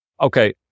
okay